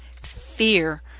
fear